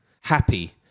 Happy